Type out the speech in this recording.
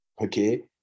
okay